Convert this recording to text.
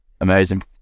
Amazing